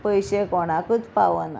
पयशे कोणाकूच पावना